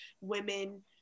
women